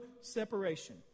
separation